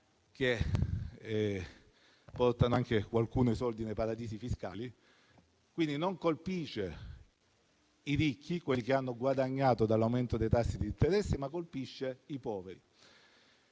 che portano i soldi nei paradisi fiscali. Non colpisce i ricchi, quelli che hanno guadagnato dall'aumento dei tassi di interesse, ma i poveri.